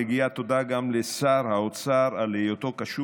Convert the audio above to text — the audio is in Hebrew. מגיעה תודה גם לשר האוצר על היותו קשוב